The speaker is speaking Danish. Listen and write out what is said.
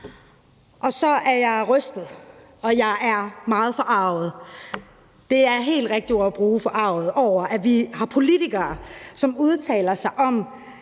Og så er jeg rystet, og jeg er meget forarget – »forarget« er det helt rigtige ord at bruge – over, at vi har politikere, som udtaler sig om,